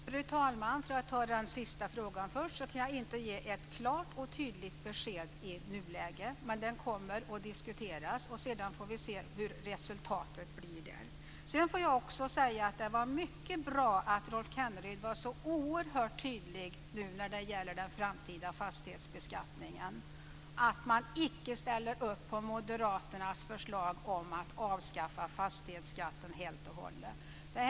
Fru talman! Jag ska svara på den sista frågan först. Jag kan inte ge ett klart och tydligt besked i nuläget. Men det kommer att diskuteras, och sedan får vi se vad resultatet blir. Det var mycket bra att Rolf Kenneryd var så oerhört tydlig när det gäller den framtida fastighetsbeskattningen, att man inte ställer upp på Moderaternas förslag om att avskaffa fastighetsskatten helt och hållet.